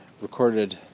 recorded